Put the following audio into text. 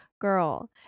girl